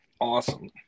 awesome